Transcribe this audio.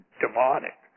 demonic